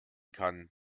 kann